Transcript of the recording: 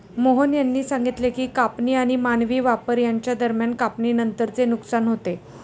मोहन यांनी सांगितले की कापणी आणि मानवी वापर यांच्या दरम्यान कापणीनंतरचे नुकसान होते